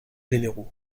généraux